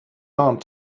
armed